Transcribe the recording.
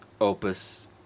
opus